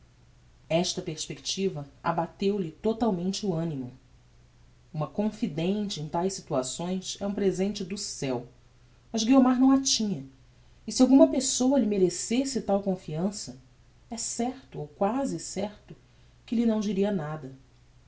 esta perspectiva abateu lhe totalmente o animo uma confidente em taes situações é um presente do ceu mas guiomar não a tinha e se alguma pessoa lhe merecesse tal confiança é certo ou quasi certo que lhe não diria nada